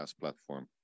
platform